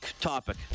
topic